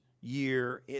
year